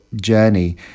journey